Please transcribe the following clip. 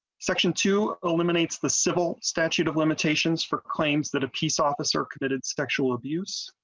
section two o minutes the civil statute of limitations for claims that a peace officer committed sexual abuse.